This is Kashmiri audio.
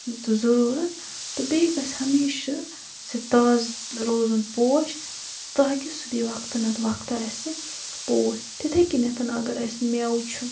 ضروٗرَت بیٚیہِ گَژھِ ہمیشہِ زِ تازٕ روزُن پوش تاکہِ سُہ دی وَقتہٕ نَتہٕ وَقتہٕ اَسہِ پوش تِتھے کٔنتھَن اگر اَسہِ میٚوٕ چھُ